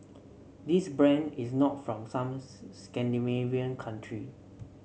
this brand is not from some Scandinavian country